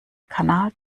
kanal